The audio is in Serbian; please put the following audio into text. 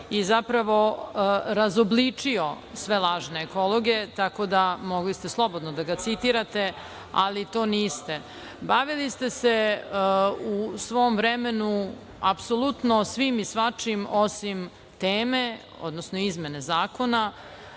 i zapravo razobličio sve lažne ekologe, tako da mogli ste slobodno da ga citirate, ali to niste. Bavili ste se u svom vremenu apsolutno svim i svačim, osim teme, odnosno izmene zakona,